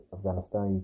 Afghanistan